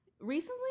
recently